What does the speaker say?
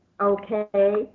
okay